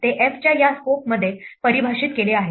ते f च्या या स्कोपमध्ये परिभाषित केले आहेत